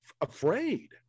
afraid